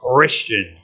Christian